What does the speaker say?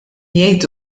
jgħid